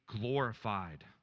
glorified